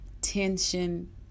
tension